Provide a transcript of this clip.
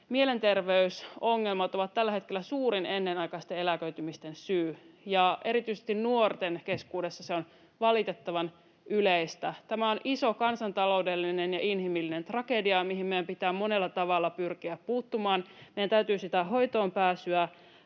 mielenterveysongelmat ovat tällä hetkellä suurin ennenaikaisten eläköitymisten syy, ja erityisesti nuorten keskuudessa se on valitettavan yleistä. Tämä on iso kansantaloudellinen ja inhimillinen tragedia, mihin meidän pitää monella tavalla pyrkiä puuttumaan. Meidän täytyy sitä hoitoon pääsyä